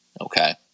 Okay